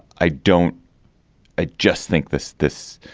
i don't i just think this this.